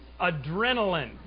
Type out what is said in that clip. Adrenaline